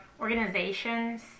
organizations